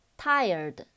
tired